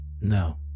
no